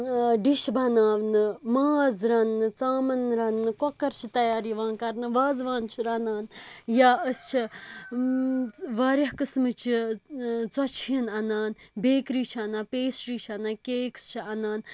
ٲں ڈِش بناونہٕ ماز رَننہٕ ژامَن رَننہٕ کۄکر چھِ تَیار یِوان کَرنہٕ وازوان چھِ رَنان یا أسۍ چھِ ٲم واریاہ قٕسمہٕ چہِ ٲں ژُۄچہِ ہَن اَنان بیکرِی چھِ اَنان پیسٹرِی چھِ اَنان کیکٕس چھِ اَنان